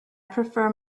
prefer